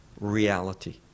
reality